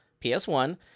PS1